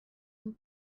and